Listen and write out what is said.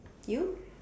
you